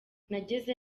nageze